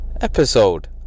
episode